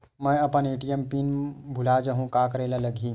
मैं अपन ATM PIN भुला जहु का करे ला लगही?